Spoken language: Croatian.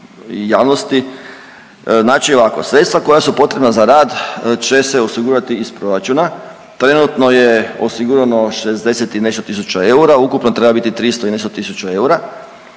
i javnosti. Znači ovako. Sredstva koja su potrebna za rad će se osigurati iz proračuna. Trenutno je osigurano 60 i nešto tisuća eura, ukupno treba biti 300 i nešto tisuća eura.